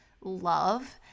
love